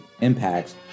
impacts